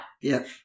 Yes